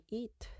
eat